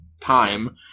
time